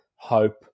hope